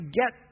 get